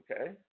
okay